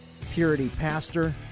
PurityPastor